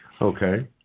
Okay